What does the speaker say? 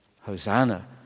Hosanna